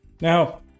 now